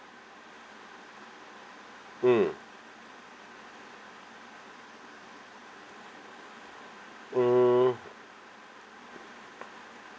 mm um